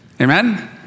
Amen